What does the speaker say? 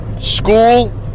school